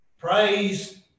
praise